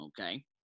okay